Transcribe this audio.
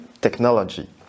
technology